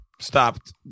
stopped